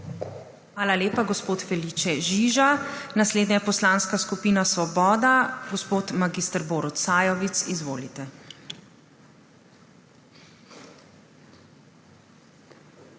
Hvala lepa, gospod Felice Žiža. Naslednja je Poslanska skupina Svoboda. Gospod mag. Borut Sajovic, izvolite.